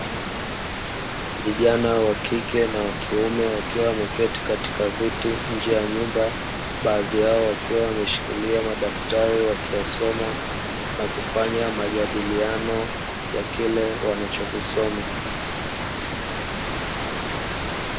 Vijana (wakike na wakiume) wakiwa wameketi katika viti nje ya nyumba baadhi yao wakiwa wameshikilia madaftari wakiyasoma na kufanya majadiliano ya kile wanachokisoma.